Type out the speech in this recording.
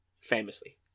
famously